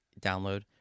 download